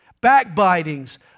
Backbitings